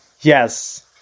Yes